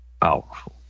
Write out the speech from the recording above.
powerful